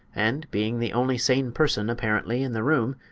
and, being the only sane person, apparently, in the room,